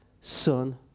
son